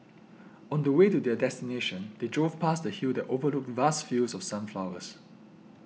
on the way to their destination they drove past a hill that overlooked vast fields of sunflowers